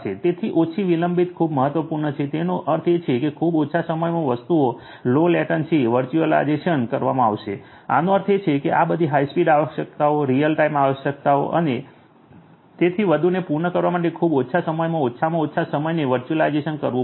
તેથી ઓછી વિલંબન લો લેટન્સી ખૂબ મહત્વપૂર્ણ છે તેનો અર્થ એ કે ખૂબ ઓછા સમયમાં વસ્તુઓ લો લેટન્સી વર્ચ્યુઅલાઇઝેશન કરવામાં આવશે આનો અર્થ એ કે આ બધી હાઇ સ્પીડ આવશ્યકતાઓ રીઅલ ટાઇમ આવશ્યકતાઓ અને તેથી વધુને પૂર્ણ કરવા માટે ખૂબ ઓછા સમયમાં ઓછામાં ઓછા સમયનો વર્ચ્યુઅલાઈઝેશન કરવું પડશે